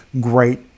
Great